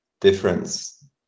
difference